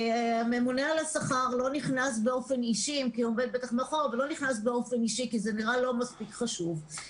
הממונה על השכר לא נכנס באופן אישי כי זה נראה לא מספיק חשוב.